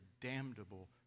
damnable